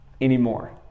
anymore